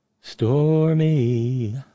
stormy